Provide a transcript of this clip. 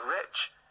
rich